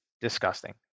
disgusting